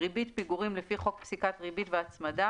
ריבית פיגורים לפי חוק פסיקת ריבית והצמדה,